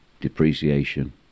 depreciation